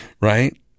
Right